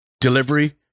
delivery